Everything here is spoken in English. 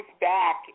back